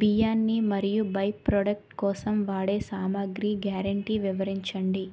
బియ్యాన్ని మరియు by product కోసం వాడే సామాగ్రి గ్యారంటీ వివరించండి?